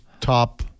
top